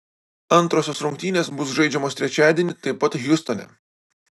antrosios rungtynės bus žaidžiamos trečiadienį taip pat hjustone